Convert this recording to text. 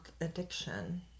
addiction